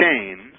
chains